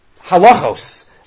halachos